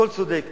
הכול צודק.